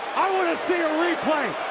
see a replay,